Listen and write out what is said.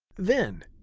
then,